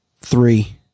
Three